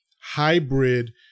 hybrid